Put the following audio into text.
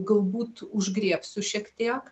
galbūt užgriebsiu šiek tiek